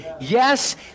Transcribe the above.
Yes